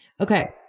Okay